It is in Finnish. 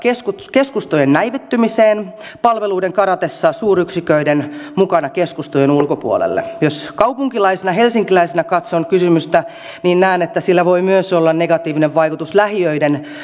keskustojen näivettymiseen palveluiden karatessa suuryksiköiden mukana keskustojen ulkopuolelle jos kaupunkilaisena helsinkiläisenä katson kysymystä niin näen että sillä voi myös olla negatiivinen vaikutus lähiöiden